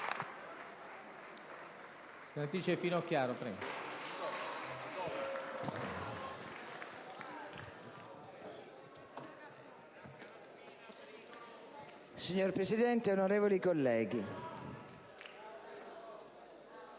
Signor Presidente, onorevoli colleghi,